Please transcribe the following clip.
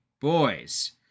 boys